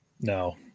no